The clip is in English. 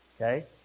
Okay